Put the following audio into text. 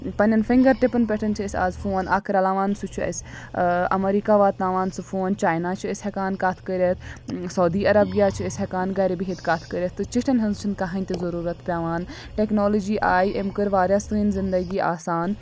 پنٛنٮ۪ن فِنٛگَر ٹِپَن پٮ۪ٹھ چھِ أسۍ آز فون اَکھ رَلاوان سُہ چھُ اَسہِ اَمریٖکہ واتناوان سُہ فون چایِنا چھِ أسۍ ہٮ۪کان کَتھ کٔرِتھ سعودی عربیعہ چھِ أسۍ ہٮ۪کان گَرِ بِہِتھ کَتھ کٔرِتھ تہِ چِٹھٮ۪ن ہٕنٛز چھِنہٕ کٕہٕنۍ تہِ ضٔروٗرَت پٮ۪وان ٹٮ۪کنالجی آیہِ أمۍ کٔر واریاہ سٲنۍ زِندَگی آسان